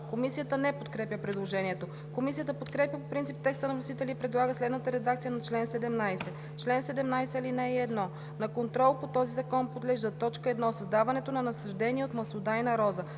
Комисията не подкрепя предложението. Комисията подкрепя по принцип текста на вносителя и предлага следната редакция на чл. 17: „Чл. 17. (1) На контрол по този закон подлежат: 1. създаването на насаждения от маслодайна роза;